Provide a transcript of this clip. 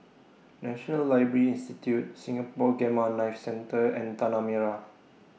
National Library Institute Singapore Gamma Knife Centre and Tanah Merah